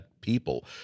people